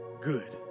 Good